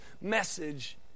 message